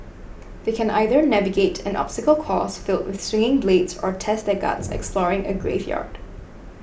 they can either navigate an obstacle course filled with swinging blades or test their guts exploring a graveyard